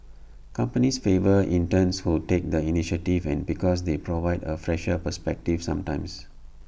companies favour interns who take the initiative and because they provide A fresher perspective sometimes